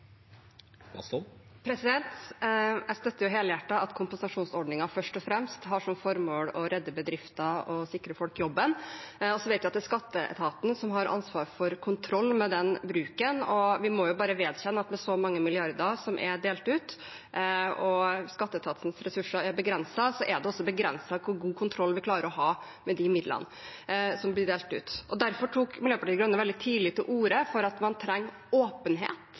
ordningen. Jeg støtter helhjertet at kompensasjonsordningen først og fremst har som formål å redde bedrifter og sikre jobben til folk. Så vet vi at det er skatteetaten som har ansvar for kontroll med den bruken, og vi må bare vedkjenne oss at med så mange milliarder som er delt ut, og med skatteetatens begrensede ressurser, er det også begrenset hvor god kontroll vi klarer å ha med de midlene som blir delt ut. Derfor tok Miljøpartiet De Grønne veldig tidlig til orde for at man trenger full åpenhet